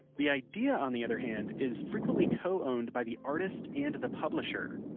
the idea on the other hand, is frequently co-owned by the artist and the publisher.